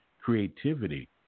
creativity